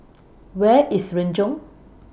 Where IS Renjong